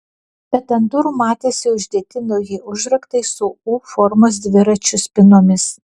bet ant durų matėsi uždėti nauji užraktai su u formos dviračių spynomis